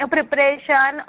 Preparation